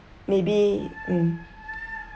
maybe mm